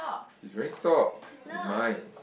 he is wearing socks in mine